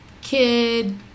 kid